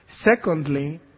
Secondly